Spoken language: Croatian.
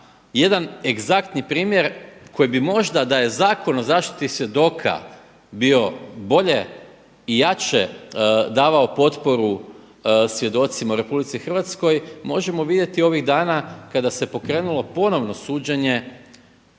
jedan egzaktni primjer koji bi možda da je Zakon o zaštiti svjedoka bio bolje i jače davao potporu svjedocima u RH možemo vidjeti ovih dana kada se pokrenulo ponovno suđenje